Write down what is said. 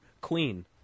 Queen